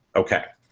okay,